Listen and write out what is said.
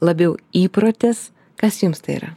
labiau įprotis kas jums tai yra